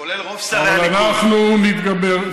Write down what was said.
אבל אנחנו נתגבר.